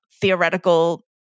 theoretical